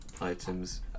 items